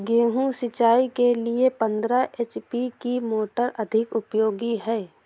गेहूँ सिंचाई के लिए पंद्रह एच.पी की मोटर अधिक उपयोगी है?